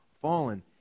fallen